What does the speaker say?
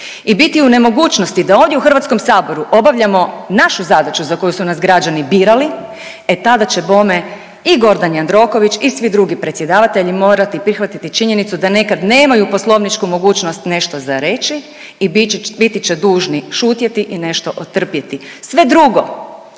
i biti u nemogućnosti da ovdje u Hrvatskom saboru obavljamo našu zadaću za koju su nas građani birali, e tada će bome i Gordan Jandroković i svi drugi predsjedavatelji morati prihvatiti činjenicu da nekad nemaju poslovničku mogućnost nešto za reći i biti će dužni šutjeti i nešto otrpjeti. Sve drugo,